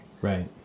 right